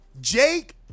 Jake